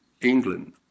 England